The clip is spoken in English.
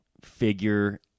figure